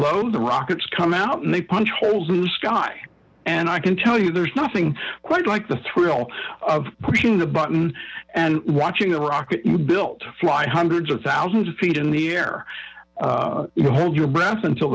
low the rockets come out and they punch holes in the sky and i can tell you there's nothing quite like the thrill of pushing the button and watching a rocket you built fly hundreds of thousands feet in the air you hold your breath until